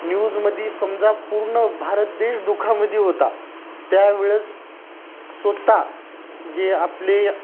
न्यूजमध्ये समजा पूर्ण भारत देश दुखामध्ये होता त्यावेळेस स्वत जे आपले